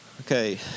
Okay